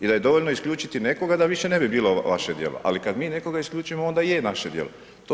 I da je dovoljno isključiti nekoga da više ne bi bilo vaše djelo, ali kad mi nekoga isključimo, onda je naše djelo.